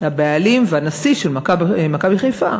הבעלים והנשיא של "מכבי חיפה".